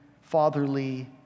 fatherly